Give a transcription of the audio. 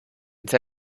dir